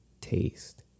taste